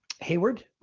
Hayward